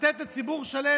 חברי הכנסת.